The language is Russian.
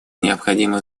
необходимо